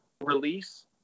release